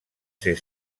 ser